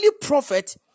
prophet